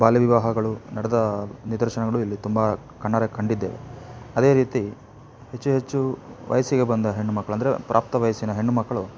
ಬಾಲ್ಯ ವಿವಾಹಗಳು ನಡೆದ ನಿದರ್ಶನಗಳು ಇಲ್ಲಿ ತುಂಬ ಕಣ್ಣಾರೆ ಕಂಡಿದ್ದೇವೆ ಅದೇ ರೀತಿ ಹೆಚ್ಚು ಹೆಚ್ಚು ವಯಸ್ಸಿಗೆ ಬಂದ ಹೆಣ್ಣುಮಕ್ಳು ಅಂದರೆ ಪ್ರಾಪ್ತ ವಯಸ್ಸಿನ ಹೆಣ್ಣು ಮಕ್ಕಳು